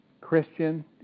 Christian